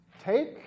take